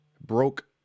broke